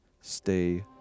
stay